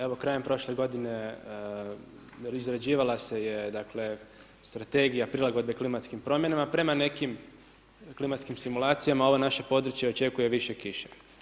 Evo krajem prošle godine izrađivala se Strategija prilagodbe klimatskim promjenama, prema nekim klimatskim simulacijama ovo naše područje očekuje više kiše.